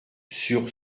sur